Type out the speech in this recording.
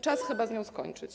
Czas chyba z nią skończyć.